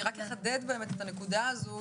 אני רק אחדד את הנקודה הזו,